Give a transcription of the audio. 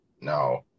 No